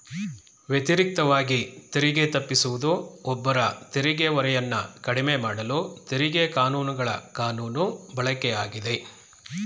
ವ್ಯತಿರಿಕ್ತವಾಗಿ ತೆರಿಗೆ ತಪ್ಪಿಸುವುದು ಒಬ್ಬರ ತೆರಿಗೆ ಹೊರೆಯನ್ನ ಕಡಿಮೆಮಾಡಲು ತೆರಿಗೆ ಕಾನೂನುಗಳ ಕಾನೂನು ಬಳಕೆಯಾಗಿದೆ